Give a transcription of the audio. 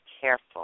careful